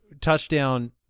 touchdown –